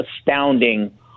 astounding